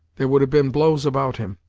there would have been blows about him,